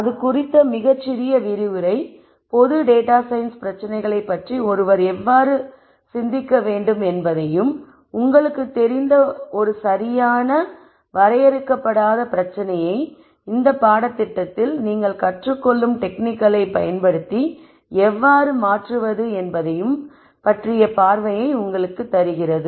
அது குறித்த மிகச் சிறிய விரிவுரை பொது டேட்டா சயின்ஸ் பிரச்சனைகளைப் பற்றி ஒருவர் எவ்வாறு சிந்திக்க வேண்டும் என்பதையும் உங்களுக்குத் தெரிந்த ஒரு சரியாக வரையறுக்கப்படாத பிரச்சனையை இந்த பாடத்திட்டத்தில் நீங்கள் கற்றுக் கொள்ளும் டெக்னிக்களைப் பயன்படுத்தி எவ்வாறு மாற்றுவது என்பதையும் பற்றிய பார்வையை உங்களுக்குத் தருகிறது